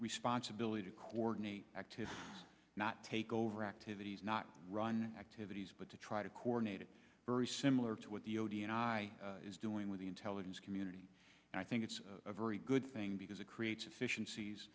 responsibility to coordinate acted not take over activities not run activities but to try to coordinate it very similar to what the odeon eye is doing with the intelligence community and i think it's a very good thing because it creates efficienc